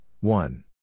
one